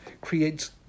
creates